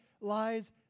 lies